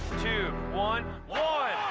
two, one. all